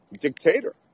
dictator